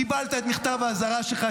קיבלת את מכתב האזהרה שלך.